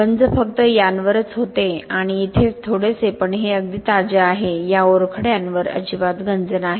गंज फक्त यांवरच होते आणि इथे थोडेसे पण हे अगदी ताजे आहे या ओरखड्यांवर अजिबात गंज नाही